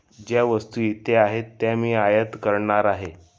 ज्या वस्तू इथे आहेत त्या मी आयात करणार आहे